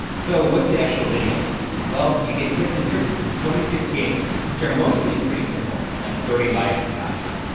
so what's the actual video like? well, you get tips and tricks for twenty six games which are mostly pretty simple, like thirty lives in contra.